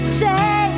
say